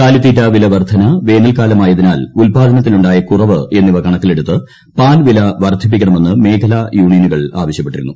കാലിത്തീറ്റ വിലവർദ്ധന വേനൽക്കാലമായതിനാൽ ഉൽപാദനത്തിലുണ്ടായ കുറവ് എന്നിവ കണക്കിലെടുത്ത് പാൽ വില വർദ്ധിപ്പിക്കണമെന്ന് മേഖലാ യൂണിയനുകൾ ആവശ്യപ്പെട്ടിരുന്നു